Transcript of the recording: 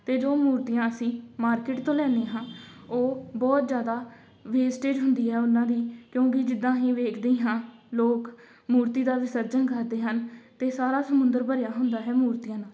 ਅਤੇ ਜੋ ਮੂਰਤੀਆਂ ਅਸੀਂ ਮਾਰਕਿਟ ਤੋਂ ਲੈਂਦੇ ਹਾਂ ਉਹ ਬਹੁਤ ਜ਼ਿਆਦਾ ਵੇਸਟੇਜ਼ ਹੁੰਦੀ ਆ ਉਹਨਾਂ ਦੀ ਕਿਉਂਕਿ ਜਿੱਦਾਂ ਅਸੀਂ ਦੇਖਦੇ ਹੀ ਹਾਂ ਲੋਕ ਮੂਰਤੀ ਦਾ ਵਿਸਰਜਨ ਕਰਦੇ ਹਨ ਅਤੇ ਸਾਰਾ ਸਮੁੰਦਰ ਭਰਿਆ ਹੁੰਦਾ ਹੈ ਮੂਰਤੀਆਂ ਨਾਲ